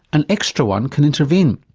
an extra one can intervene.